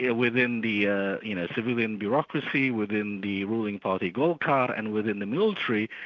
yeah within the ah you know civilian bureaucracy, within the ruling party golkar and within the military,